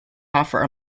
offer